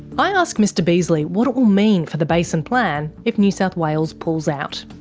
i ask mr beasley what it will mean for the basin plan if new south wales pulls out.